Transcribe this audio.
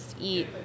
eat